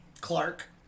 Clark